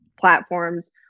platforms